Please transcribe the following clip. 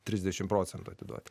trisdešimt procentų atiduoti